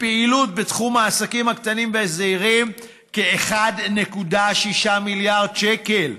מפעילות בתחום העסקים הקטנים והזעירים כ-1.6 מיליארד שקל,